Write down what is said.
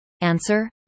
Answer